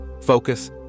focus